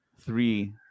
three